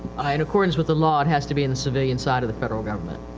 in accordance with the law it has to be in the civilian side of the federal government.